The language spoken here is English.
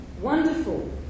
Wonderful